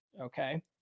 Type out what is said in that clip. Okay